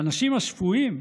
לאנשים השפויים,